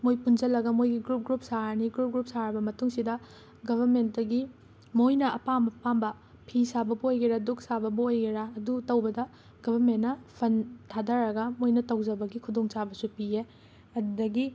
ꯃꯣꯏ ꯄꯨꯟꯖꯜꯂꯒ ꯃꯣꯏꯒꯤ ꯒ꯭ꯔꯨꯞ ꯒ꯭ꯔꯨꯞ ꯁꯥꯔꯅꯤ ꯒ꯭ꯔꯨꯞ ꯒ꯭ꯔꯨꯞ ꯁꯥꯔꯕ ꯃꯇꯨꯡꯁꯤꯗ ꯒꯕꯃꯦꯟꯠꯇꯒꯤ ꯃꯣꯏꯅ ꯑꯄꯥꯝ ꯑꯄꯥꯝꯕ ꯐꯤ ꯁꯥꯕꯕꯨ ꯑꯣꯏꯒꯦꯔꯥ ꯗꯨꯛ ꯁꯥꯕꯕꯨ ꯑꯣꯏꯒꯦꯔꯥ ꯑꯗꯨ ꯇꯧꯕꯗ ꯒꯕꯃꯦꯟꯠꯅ ꯐꯟ ꯊꯥꯗꯔꯒ ꯃꯣꯏꯅ ꯇꯧꯖꯕꯒꯤ ꯈꯨꯗꯣꯡꯆꯥꯕꯁꯨ ꯄꯤꯌꯦ ꯑꯗꯒꯤ